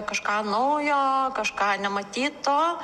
kažką naujo kažką nematyto